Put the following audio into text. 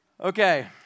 Okay